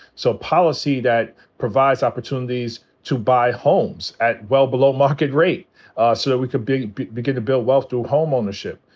so policy that provides opportunities to buy homes at well below market rate ah so that we could begin to build wealth through home ownership.